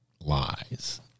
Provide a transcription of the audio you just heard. lies